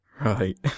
Right